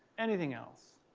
anything else?